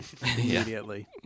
immediately